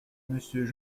monsieur